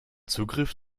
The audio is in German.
zugriff